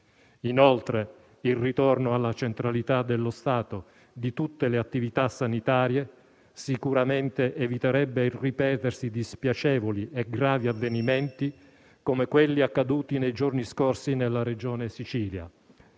Inoltre, il ritorno alla centralità dello Stato di tutte le attività sanitarie sicuramente eviterebbe il ripetersi di spiacevoli e gravi avvenimenti, come quelli accaduti nei giorni scorsi nella Regione Sicilia,